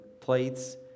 plates